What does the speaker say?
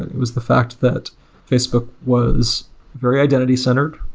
it was the fact that facebook was very identity-centered.